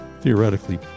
theoretically